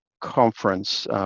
conference